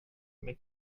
med